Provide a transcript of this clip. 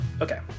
Okay